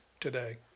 today